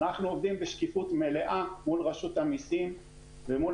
אנחנו עובדים בשקיפות מלאה מול רשות המסים ומול